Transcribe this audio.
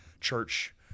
church